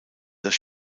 das